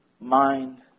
mind